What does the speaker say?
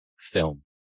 film